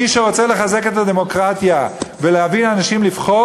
מי שרוצה לחזק את הדמוקרטיה ולהביא אנשים לבחור,